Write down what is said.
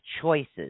choices